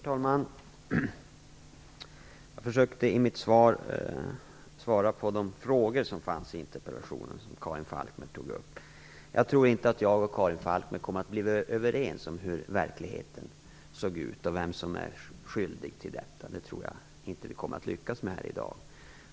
Herr talman! Jag försökte i mitt svar att svara på de frågor som Karin Falkmer tog upp i interpellationen. Jag tror inte att jag och Karin Falkmer kommer att bli överens om hur verkligheten ser ut och vem som är skyldig. Jag tror inte att vi kommer att lyckas med det här i dag.